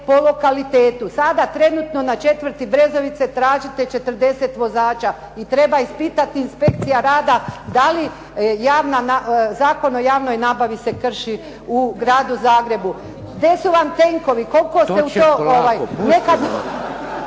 Sada trenutno na 4. brezovice tražite 40 vozača i treba ispitati inspekcija rada da li Zakon o javnoj nabavi se krši u Gradu Zagrebu. Gdje su vam tenkovi? Koliko ste u to? Hvala lijepa.